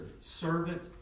servant